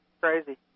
Crazy